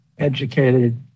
Educated